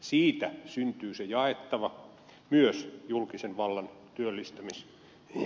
siitä syntyy se jaettava myös julkisen vallan työllistämiselle